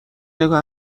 نگاه